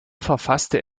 verfasste